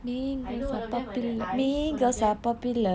I know one of them ada ice one of them